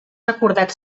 recordat